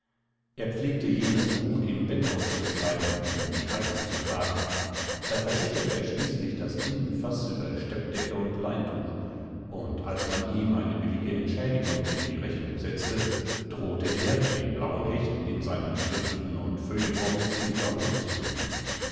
er pflegte jenes buch im bett auszuschreiben um die heizung zu sparen da verschüttete er schließlich das tintenfaß über steppdecke und leintuch und als man ihm eine billige entschädigung in die rechnung setzte drohte er den blauen hecht in seinen schriften und feuilletons in verruf zu bringen